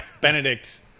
Benedict